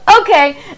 okay